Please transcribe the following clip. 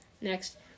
Next